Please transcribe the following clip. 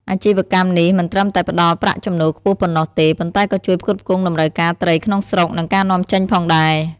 អាជីវកម្មនេះមិនត្រឹមតែផ្តល់ប្រាក់ចំណូលខ្ពស់ប៉ុណ្ណោះទេ ប៉ុន្តែក៏ជួយផ្គត់ផ្គង់តម្រូវការត្រីក្នុងស្រុក និងការនាំចេញផងដែរ។